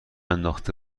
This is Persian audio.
انداخته